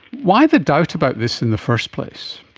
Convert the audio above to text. why the doubt about this in the first place?